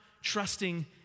trusting